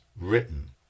written